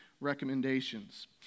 recommendations